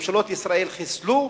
ממשלות ישראל חיסלו,